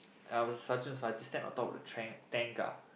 I was sergeant so I just stand on top of the train and tank ah